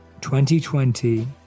2020